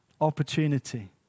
Opportunity